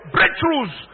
Breakthroughs